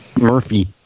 Murphy